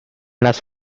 las